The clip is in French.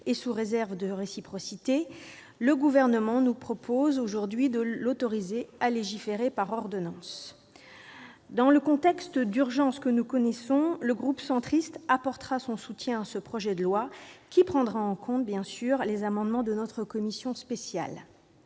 et sous réserve de réciprocité, le Gouvernement nous propose aujourd'hui de l'autoriser à légiférer par ordonnances. Dans le contexte d'urgence que nous connaissons, le groupe Union Centriste apportera son soutien à ce projet de loi, qui bien sûr prendra en compte les amendements de notre commission spéciale.